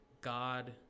God